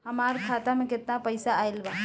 हमार खाता मे केतना पईसा आइल बा?